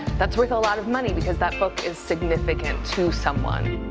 that's worth a lot of money because that book is significant to someone.